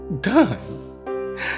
done